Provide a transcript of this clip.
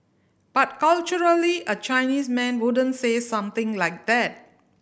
but culturally a Chinese man wouldn't say something like that